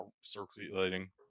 circulating